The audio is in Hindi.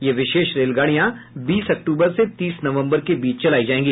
ये विशेष रेलगाड़ियां बीस अक्टूबर से तीस नवम्बर के बीच चलाई जायेंगी